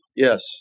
Yes